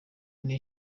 ine